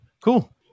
cool